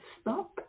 stop